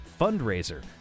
fundraiser